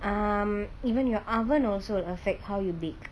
um even your oven also affect how you bake